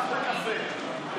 אחלה קפה.